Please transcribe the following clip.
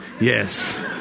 Yes